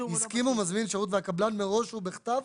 הסכים מזמין השירות והקבלן מראש ובכתב,